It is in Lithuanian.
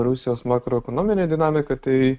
rusijos makroekonominę dinamiką tai